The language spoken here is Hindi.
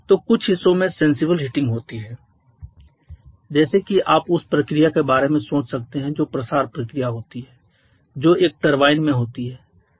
तो कुछ हिस्सों में सेंसिबल हीटिंग होती है जैसे कि आप उस प्रक्रिया के बारे में सोच सकते हैं जो प्रसार प्रक्रिया होती है जो एक टरबाइन में होती है